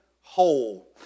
whole